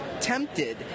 tempted